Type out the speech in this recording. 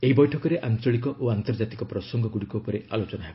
ଏହି ବୈଠକରେ ଆଞ୍ଚଳିକ ଓ ଆନ୍ତର୍ଜାତିକ ପ୍ରସଙ୍ଗ ଉପରେ ଆଲୋଚନା ହେବ